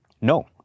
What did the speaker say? no